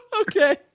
Okay